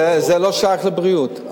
אבל זה לא שייך לבריאות.